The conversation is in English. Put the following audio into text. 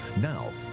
Now